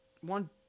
one